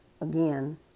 again